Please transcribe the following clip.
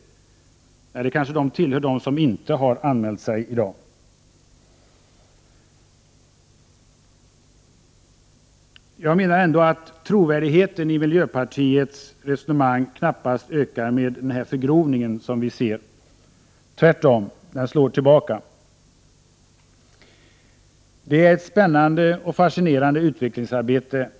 Trovärdigheten i miljöpartiets resonemang ökar knappast med det förgrovade och negativa sätt som man talar om EG. Det slår tvärtom tillbaka på partiet. Herr talman! Vi är mitt inne i ett spännande och fascinerande utvecklingsarbete.